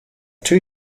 two